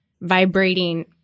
vibrating